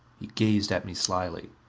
he gazed at me slyly.